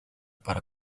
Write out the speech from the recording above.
para